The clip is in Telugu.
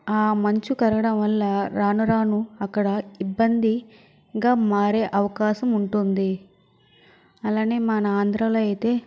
ఆ మంచు కరవడం వల్ల రాను రాను అక్కడ ఇబ్బందిగా మారే అవకాశం ఉంటుంది అలానే మన ఆంధ్రాలో అయితే